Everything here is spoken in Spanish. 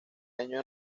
año